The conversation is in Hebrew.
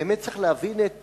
באמת צריך להבין את